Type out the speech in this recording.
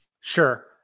Sure